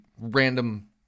random